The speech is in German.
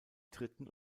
dritten